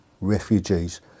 refugees